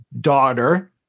daughter